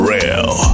Real